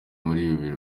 muri